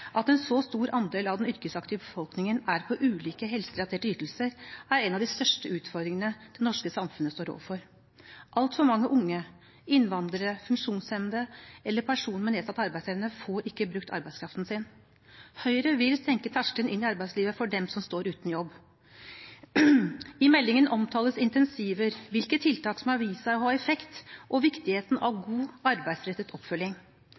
At en så stor andel av den yrkesaktive befolkningen er på ulike helserelaterte ytelser, er en av de største utfordringene det norske samfunnet står overfor. Altfor mange unge, innvandrere, funksjonshemmede eller personer med nedsatt arbeidsevne får ikke brukt arbeidskraften sin. Høyre vil senke terskelen inn i arbeidslivet for dem som står uten jobb. I meldingsdelen omtales incentiver, hvilke tiltak som har vist seg å ha effekt, og viktigheten av god, arbeidsrettet oppfølging.